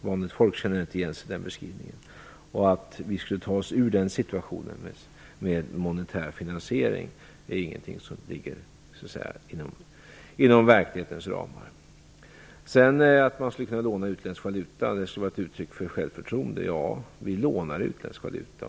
Vanligt folk känner inte igen sig i den beskrivningen. Att ta oss ur den situationen med monetär finansiering ligger inte inom verklighetens ramar. Birgitta Hambraeus föreslog att man skulle kunna låna utländsk valuta och att det skulle vara ett uttryck för självförtroende. Vi lånar i utländsk valuta.